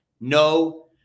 no